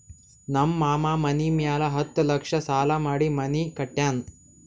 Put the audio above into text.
ನಮ್ ಮಾಮಾ ಮನಿ ಮ್ಯಾಲ ಹತ್ತ್ ಲಕ್ಷ ಸಾಲಾ ಮಾಡಿ ಮನಿ ಕಟ್ಯಾನ್